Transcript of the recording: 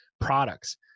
products